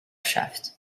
shaft